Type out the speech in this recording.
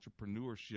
entrepreneurship